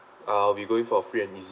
ah we are going for free and easy